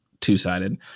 two-sided